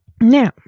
Now